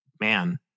Man